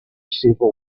civil